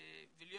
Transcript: להיות